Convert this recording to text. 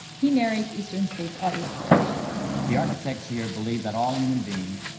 he narrates eastern state's audio tour the architects here believed that all human beings,